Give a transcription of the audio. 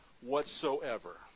whatsoever